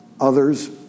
Others